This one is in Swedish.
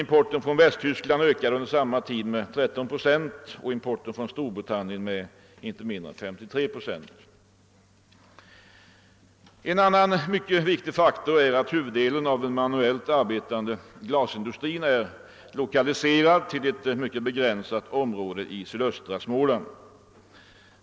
Importen från Västtyskland ökade under samma tid med 13 procent och importen från Storbritannien med inte mindre än 53 procent. En annan mycket viktig faktor är att huvuddelen av den manuellt arbetande glasindustrin är lokaliserad till ett mycket begränsat område i sydöstra Småland.